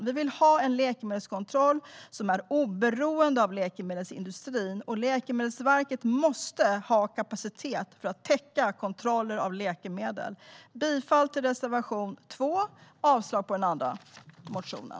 Vi vill ha en läkemedelskontroll som är oberoende av läkemedelsindustrin, och Läkemedelsverket måste ha kapacitet för att täcka kontroller av läkemedel. Jag yrkar bifall till reservation 2 och avslag på den andra motionen.